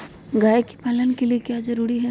गाय के पालन के लिए क्या जरूरी है?